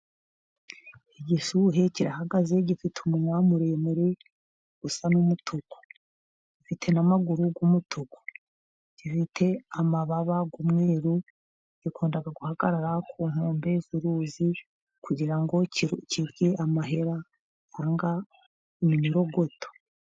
Igishuhe kirahagaze gifite umunwa muremure usa n'umutuku, gifite n'amaguru y' umutuku, gifite amababa y'umweru , gikunda guhagarara ku nkombe z'uruzi, kugira ngo kirye amahera cyangwa iminyorogoto.